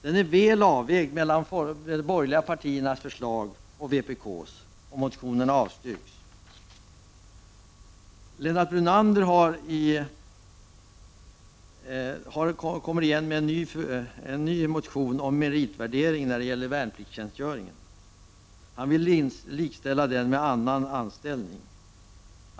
Den är väl avvägd mellan de borgerliga partiernas förslag och vpk:s förslag. Utskottet avstyrker därför motionerna. Lennart Brunander har åter väckt en motion om meritvärdering av värnpliktstjänstgöring. Han vill att värnpliktstjänstgöring likställs med annan anställning.